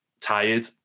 Tired